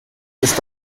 ist